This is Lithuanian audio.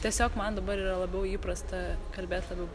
tiesiog man dabar yra labiau įprasta kalbėt labiau